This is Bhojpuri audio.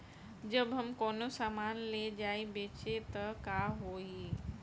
जब हम कौनो सामान ले जाई बेचे त का होही?